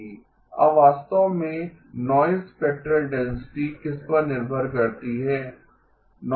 अब वास्तव में नॉइज़ स्पेक्ट्रल डेंसिटी किस पर निर्भर करती है